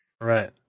Right